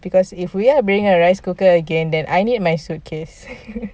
because if we are bringing our rice cooker again I need my suitcase